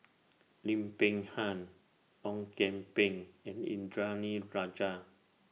Lim Peng Han Ong Kian Peng and Indranee Rajah